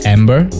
Amber